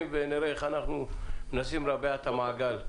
ונראה איך אנחנו מנסים לרבע את המעגל.